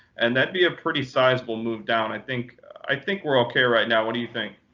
and that'd be a pretty sizable move down. i think i think we're ok right now. what do you think?